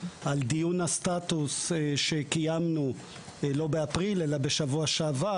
על דיון הסטטוס שקיימנו לא באפריל אלא בשבוע שעבר,